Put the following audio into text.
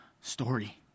story